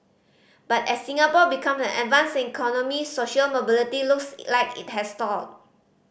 but as Singapore become an advanced economy social mobility looks like it has stalled